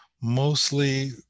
mostly